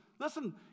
Listen